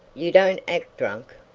you don't act drunk,